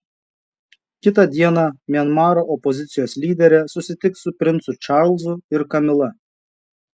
kitą dieną mianmaro opozicijos lyderė susitiks su princu čarlzu ir kamila